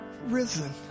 risen